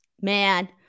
man